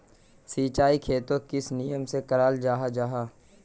सिंचाई खेतोक किस नियम से कराल जाहा जाहा?